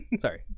Sorry